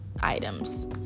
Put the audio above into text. items